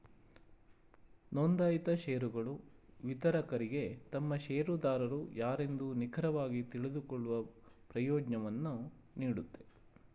ನೊಂದಾಯಿತ ಶೇರುಗಳು ವಿತರಕರಿಗೆ ತಮ್ಮ ಶೇರುದಾರರು ಯಾರೆಂದು ನಿಖರವಾಗಿ ತಿಳಿದುಕೊಳ್ಳುವ ಪ್ರಯೋಜ್ನವನ್ನು ನೀಡುತ್ತೆ